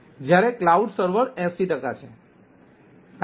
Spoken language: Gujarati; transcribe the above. જ્યારે ક્લાઉડ સર્વર 80 ટકા છે